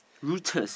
rudest